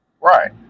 Right